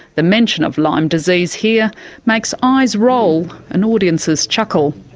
the mention of lyme disease here makes eyes roll, and audiences chuckle.